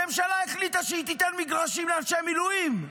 הממשלה החליטה שהיא תיתן מגרשים לאנשי המילואים.